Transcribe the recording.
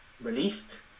released